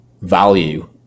value